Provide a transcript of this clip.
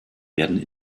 werden